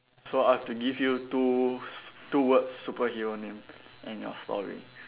so I have to give you two s~ two word superhero name and your story